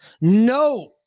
No